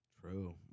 True